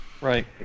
Right